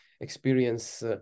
experience